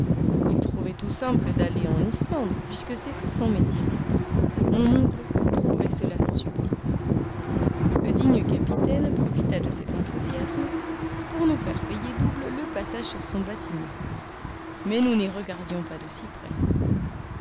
il trouvait tout simple d'aller en islande puisque c'était son métier mon oncle trouvait cela sublime le digne capitaine profita de cet enthousiasme pour nous faire payer double le passage sur son bâtiment mais nous n'y regardions pas de si près